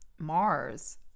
Mars